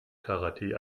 karate